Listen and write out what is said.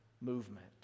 movement